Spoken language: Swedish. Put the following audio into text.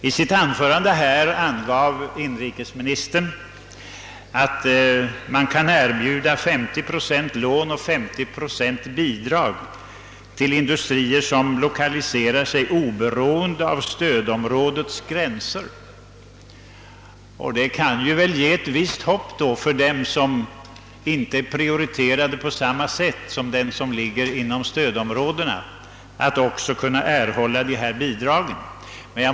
I sitt anförande sade herr inrikesministern att man kan erbjuda 50 procent lån och 50 procent bidrag till industrier som lokaliserar sig, oberoende av om de etablerar sig innanför stödområdets gränser. Det kan ju ge de företag som inte är prioriterade på samma sätt som de som ligger inom stödområdena ett visst hopp om att kunna erhålla bidrag.